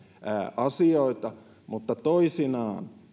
asioita mutta toisinaan